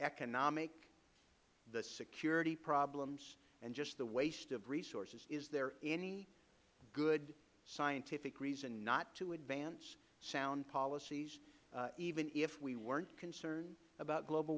economic the security problems and just the waste of resources is there any good scientific reason not to advance sound policies even if we weren't concerned about global